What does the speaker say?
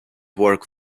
work